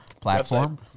platform